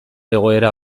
egoera